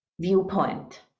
viewpoint